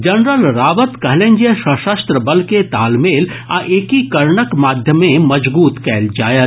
general Rawat कहलनि जे सशस्त्र बल केँ तालमेल आ एकीकरणक माध्यमे मजगूत कयल जायत